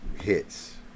hits